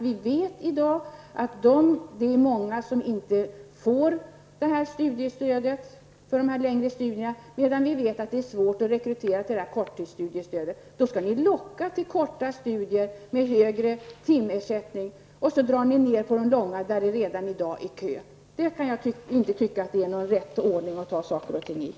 Vi vet att det är många i dag som inte får studiestöd för längre studier, medan det är svårt att rekrytera till studier med korttidsstöd. Då skall man locka till korta studier med högre timersättning, vilket medför att det dras ned på de långa studierna där det redan är kö. Jag kan inte tycka att man tar saker och ting i rätt ordning när man gör på det här viset.